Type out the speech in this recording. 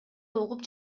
угуп